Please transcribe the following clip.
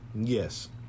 Yes